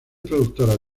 productoras